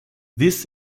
this